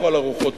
לכל הרוחות?